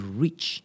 rich